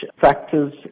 factors